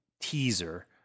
teaser